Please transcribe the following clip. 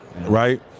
right